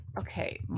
okay